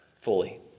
fully